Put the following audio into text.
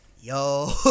Yo